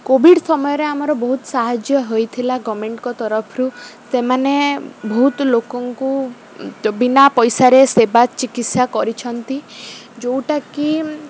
Covid ସମୟରେ ଆମର ବହୁତ ସାହାଯ୍ୟ ହୋଇଥିଲା ଗଭର୍ନମେଣ୍ଟଙ୍କ ତରଫରୁ ସେମାନେ ବହୁତ ଲୋକଙ୍କୁ ବିନା ପଇସାରେ ସେବା ଚିକିତ୍ସା କରିଛନ୍ତି ଯୋଉଟାକି